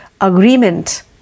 agreement